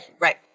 Right